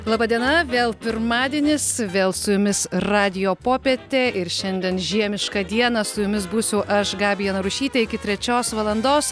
laba diena vėl pirmadienis vėl su jumis radijo popietė ir šiandien žiemišką dieną su jumis būsiu aš gabija narušytė iki trečios valandos